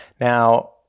Now